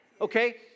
Okay